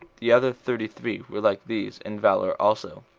the other thirty-three were like these in valor also.